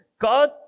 God